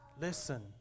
Listen